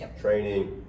training